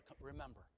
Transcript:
remember